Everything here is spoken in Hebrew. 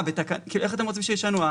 איך אתם רוצים שישנו?